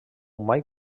mai